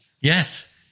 Yes